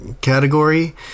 category